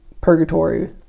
purgatory